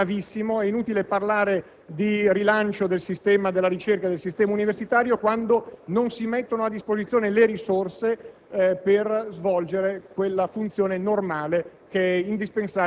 a svolgere la loro attività istituzionale. È un fatto gravissimo. È inutile parlare di rilancio del sistema della ricerca, di investimenti nel sistema universitario quando non si mettono a disposizione le risorse